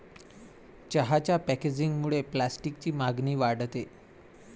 चहाच्या पॅकेजिंगमुळे प्लास्टिकची मागणी वाढते